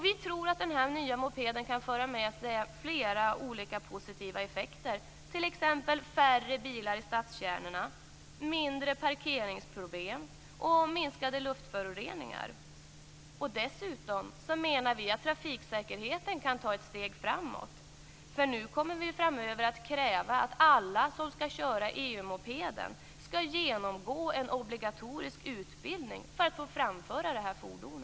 Vi tror att denna nya moped kan föra med sig flera olika positiva effekter, t.ex. färre bilar i stadskärnorna, mindre parkeringsproblem och minskade luftföroreningar. Dessutom menar vi att trafiksäkerheten kan ta ett steg framåt, eftersom vi framöver kommer att kräva att alla som skall köra EU-mopeden skall genomgå en obligatorisk utbildning för att få framföra detta fordon.